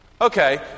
Okay